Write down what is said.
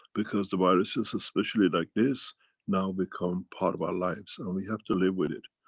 because the virus is especially like this now become part of our lives and we have to live with it.